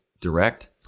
direct